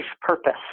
purpose